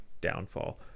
downfall